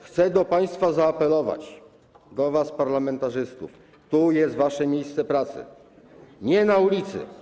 Chcę do państwa zaapelować, do was, parlamentarzystów: Tu jest wasze miejsce pracy, nie na ulicy.